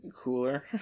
Cooler